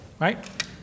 Right